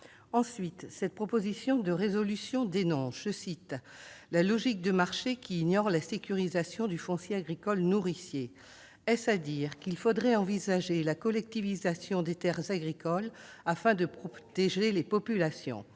En outre, cette proposition de résolution dénonce « la logique de marché qui ignore la sécurisation du foncier agricole nourricier ». Est-ce à dire qu'il faudrait envisager la collectivisation des terres agricoles afin de protéger les populations ?